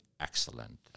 excellent